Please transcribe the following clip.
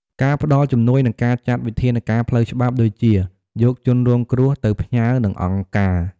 ការផ្ដល់ជំនួយ និងការចាត់វិធានការផ្លូវច្បាប់ ដូចជា យកជនរងគ្រោះទៅផ្ញើនឹងអង្គការ។